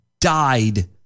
died